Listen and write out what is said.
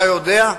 אתה יודע?